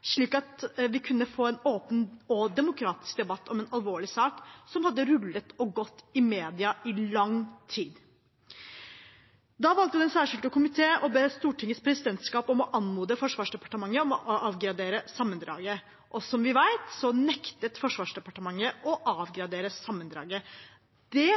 slik at vi kunne få en åpen og demokratisk debatt om en alvorlig sak som hadde rullet og gått i media i lang tid. Da valgte den særskilte komité å be Stortingets presidentskap om å anmode Forsvarsdepartementet om å avgradere sammendraget. Som vi vet, nektet Forsvarsdepartementet å avgradere sammendraget. Det